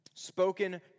spoken